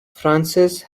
frances